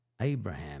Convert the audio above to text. Abraham